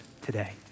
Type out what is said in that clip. today